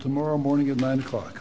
tomorrow morning at nine o'clock